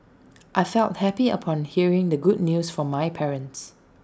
I felt happy upon hearing the good news from my parents